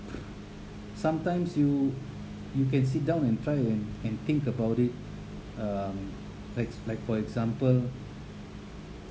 sometimes you you can sit down and try and think about it um like like for example